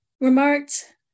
remarked